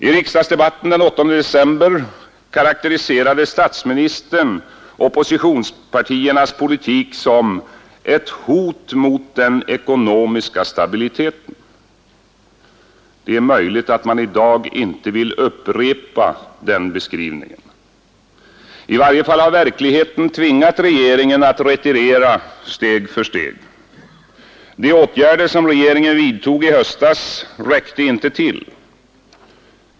I riksdagsdebatten den 8 december karakteriserade statsministern oppositionspartiernas politik som ett hot mot den ekonomiska stabiliteten. Det är möjligt att man i dag inte vill upprepa den beskrivningen. I varje fall har verkligheten tvingat regeringen att retirera steg för steg. De åtgärder som regeringen vidtog i höstas räckte inte till.